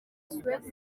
suwede